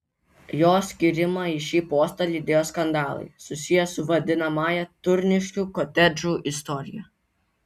jo skyrimą į šį postą lydėjo skandalai susiję su vadinamąja turniškių kotedžų istorija